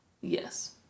Yes